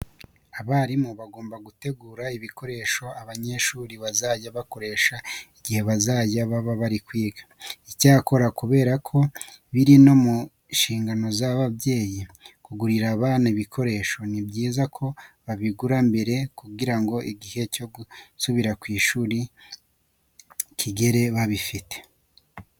Abarimu bagomba gutegura ibikoresho abanyeshuri bazajya bakoresha igihe bazajya baba bari kwiga. Icyakora kubera ko biri no mu nshingano z'ababyeyi kugurira abana ibikoresho, ni byiza ko babigura mbere kugira ngo igihe cyo gusubira ku ishuri kigere babifite.